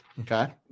Okay